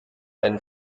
ein